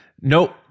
Nope